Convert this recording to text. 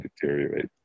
deteriorate